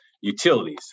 Utilities